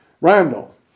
Randall